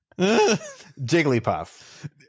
Jigglypuff